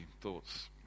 thoughts